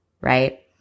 right